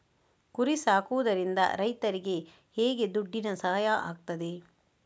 ಕುರಿ ಸಾಕುವುದರಿಂದ ರೈತರಿಗೆ ಹೇಗೆ ದುಡ್ಡಿನ ಸಹಾಯ ಆಗ್ತದೆ?